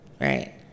right